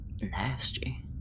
Nasty